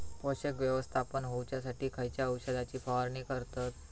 पोषक व्यवस्थापन होऊच्यासाठी खयच्या औषधाची फवारणी करतत?